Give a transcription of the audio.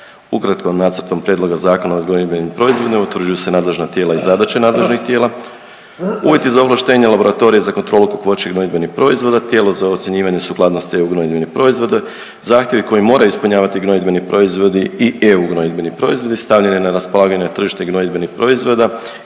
Ukratko, Nacrtom prijedloga Zakona o gnojidbenim proizvodima utvrđuju se nadležna tijela i zadaće nadležnih tijela, uvjeti za ovlaštenje laboratorija za kontrolu kakvoće gnojidbenih proizvoda, tijela za ocjenjivanje sukladnosti EU gnojidbenih proizvoda, zahtjevi koje moraju ispunjavati gnojidbeni proizvodi i EU gnojidbeni proizvodi, stavljanje na raspolaganje na tržište gnojidbenih proizvoda